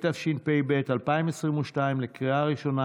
התשפ"ב 2022, לקריאה ראשונה.